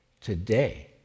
today